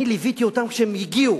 אני ליוויתי אותם כשהם הגיעו.